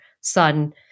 son